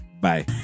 bye